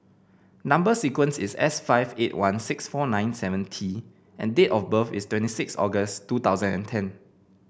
number sequence is S five eight one six four nine seven T and date of birth is twenty six August two thousand and ten